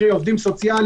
קרי: עובדים סוציאליים,